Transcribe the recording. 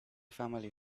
family